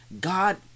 God